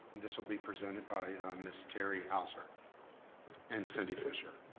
this'll be presented by ms. terry hauser and cindy fischer.